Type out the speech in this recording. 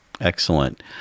Excellent